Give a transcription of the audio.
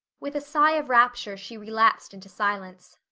with a sigh of rapture she relapsed into silence.